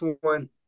one